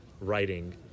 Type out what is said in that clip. writing